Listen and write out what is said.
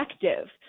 effective